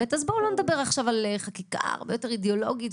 אז בואו לא נדבר עכשיו על חקיקה הרבה יותר אידיאולוגית,